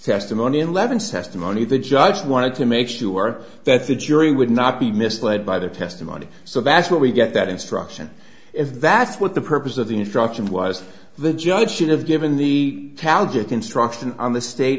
testimony and levinson asked him only if the judge wanted to make sure that the jury would not be misled by their testimony so that's where we get that instruction if that's what the purpose of the instructions was the judge should have given the challenge of construction on the state